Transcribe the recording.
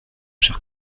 cher